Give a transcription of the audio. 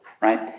right